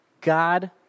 God